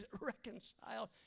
reconciled